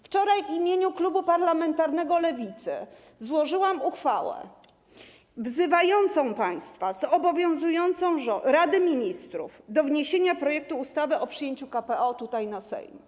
Wczoraj w imieniu klubu parlamentarnego Lewicy złożyłam uchwałę wzywającą państwa, zobowiązującą Radę Ministrów do wniesienia projektu ustawy o przyjęciu KPO tutaj, na posiedzenie Sejmu.